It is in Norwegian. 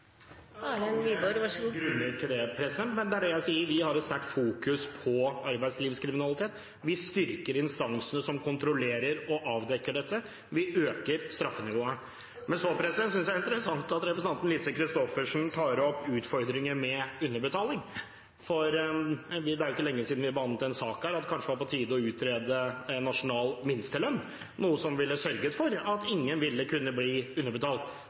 mange grunner til det. Men det jeg sier er at vi har et sterkt fokus på arbeidslivskriminalitet: Vi styrker instansene som kontrollerer og avdekker dette, og vi øker straffenivået. Men jeg synes det er interessant at representanten Christoffersen tar opp utfordringer med underbetaling, for det er ikke lenge siden vi behandlet en sak her om at det kanskje var på tide å utrede en nasjonal minstelønn, noe som ville sørget for at ingen ville kunne bli underbetalt.